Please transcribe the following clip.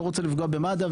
לא רוצה לפגוע במד"א,